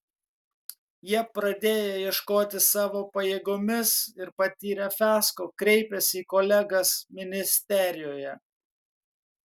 jie pradėję ieškoti savo pajėgomis ir patyrę fiasko kreipėsi į kolegas ministerijoje